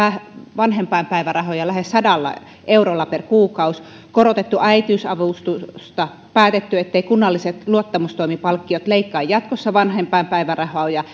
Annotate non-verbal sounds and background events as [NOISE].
vanhempainpäivärahoja lähes sadalla eurolla per kuukausi korotettu äitiysavustusta päätetty etteivät kunnalliset luottamustoimipalkkiot leikkaa jatkossa vanhempainpäivärahoja [UNINTELLIGIBLE]